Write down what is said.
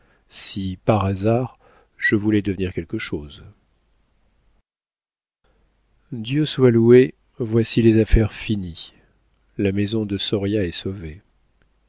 si par hasard je voulais devenir quelque chose dieu soit loué voici les affaires finies la maison de soria est sauvée